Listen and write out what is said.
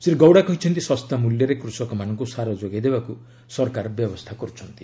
ଶ୍ରୀ ଗୌଡ଼ା କହିଛନ୍ତି ଶସ୍ତା ମୂଲ୍ୟରେ କୃଷକମାନଙ୍କୁ ସାର ଯୋଗାଇ ଦେବାକୁ ସରକାର ବ୍ୟବସ୍ଥା କରୁଛନ୍ତି